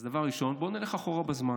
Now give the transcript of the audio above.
אז דבר ראשון, בואו נלך אחורה בזמן.